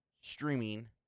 streaming